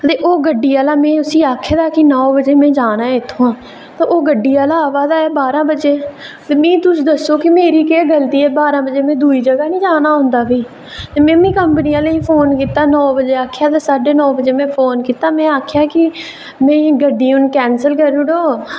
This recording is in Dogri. ते ओह् गड्डी आह्ला में उसी आक्खे दा कि में नौ बज्जे जाना ऐ इत्थुआं ते ओह् गड्डी आह्ला आवा दा ऐ बारहां बज्जे ते तुस दस्सो मेरी केह् गलती ऐ में बारां बे दूई जगह निं जाना होंदा ऐ प्ही ते में बी कंपनी आह्लें गी फोन कीता ते आक्खेआ कि नौ बजे आस्तै फोन कीता हा बारां बज्जी गै फोन कीते ते आखेआ कि मेरी गड्डी कैंसल करी ओड़ेओ